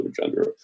gender